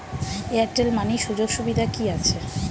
Airtel money সুযোগ সুবিধা কি আছে?